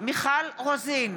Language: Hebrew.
מיכל רוזין,